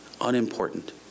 unimportant